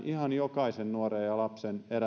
ihan jokaisen nuoren ja lapsen